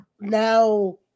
Now